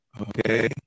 Okay